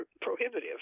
Prohibitive